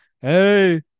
Hey